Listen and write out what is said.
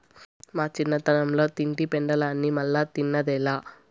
మా చిన్నతనంల తింటి పెండలాన్ని మల్లా తిన్నదేలా